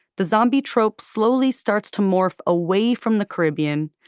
the zombie trope slowly starts to morph away from the caribbean,